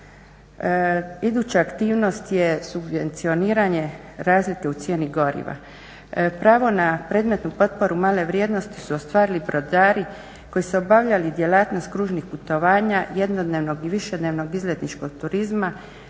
Iduća aktivnost je subvencioniranje razlike u cijeni goriva. Pravo na predmetnu potporu male vrijednosti su ostvarili brodari koji su obavljali djelatnost kružnih putovanja, jednodnevnog i višednevnog izletničkog turizma,